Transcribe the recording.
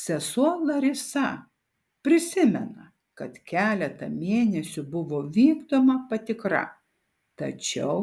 sesuo larisa prisimena kad keletą mėnesių buvo vykdoma patikra tačiau